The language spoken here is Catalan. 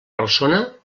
persona